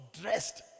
dressed